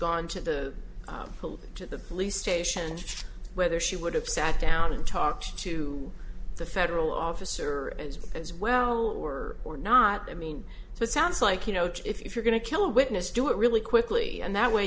gone to the police to the police station just whether she would have sat down and talked to the federal officer as as well or or not i mean it sounds like you know if you're going to kill a witness do it really quickly and that way